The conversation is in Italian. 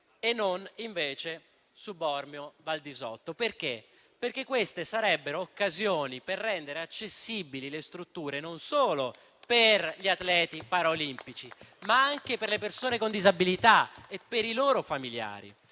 e non invece su Bormio Valdisotto, perché queste sarebbero occasioni per rendere accessibili le strutture non solo per gli atleti paraolimpici, ma anche per le persone con disabilità e per i loro familiari.